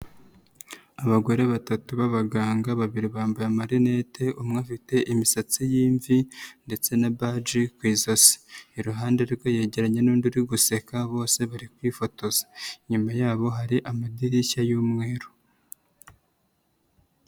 Abagore batatu b'abaganga, babiri bambaye amarinete, umwe afite imisatsi y'imvi ndetse na baji ku ijosi, iruhande rwe yegeranye n'undi uri guseka bose bari kwifotoza, inyuma yabo hari amadirishya y'umweru.